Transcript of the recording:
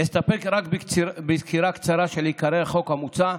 אסתפק בסקירה קצרה של עיקרי החוק המוצע,